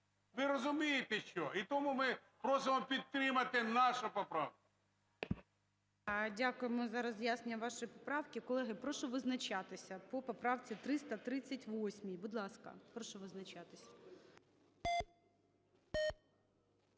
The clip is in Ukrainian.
Ви розумієте що…? І тому ми просимо підтримати нашу поправку. ГОЛОВУЮЧИЙ. Дякуємо за роз'яснення вашої поправки. Колеги, прошу визначатися по поправці 338. Будь ласка, прошу визначатися.